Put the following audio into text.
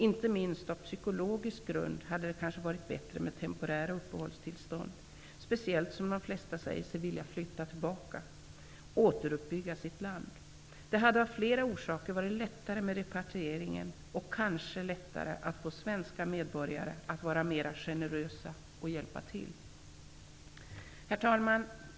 Inte minst av psykologiska skäl hade det kanske varit bättre med temporära uppehållstillstånd, speciellt som de flesta säger sig vilja flytta tillbaka och återuppbygga sitt land. Det hade då, av flera orsaker, varit lättare med repatrieringen, och kanske lättare att få svenska medborgare att vara mera generösa och hjälpa till. Herr talman!